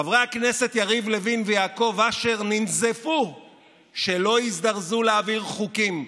חברי הכנסת יריב לוין ויעקב אשר ננזפו שלא הזדרזו להעביר חוקים,